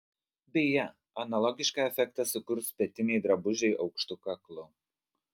beje analogišką efektą sukurs petiniai drabužiai aukštu kaklu